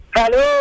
Hello